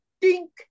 dink